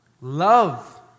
love